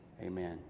Amen